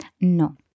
No